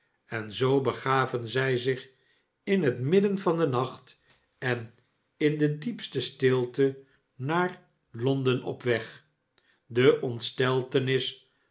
en zoo begaven zij zich in het midden van den nacht en in de diepste stilte naar londen op weg de ontsleltenis